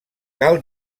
cal